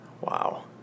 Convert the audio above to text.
Wow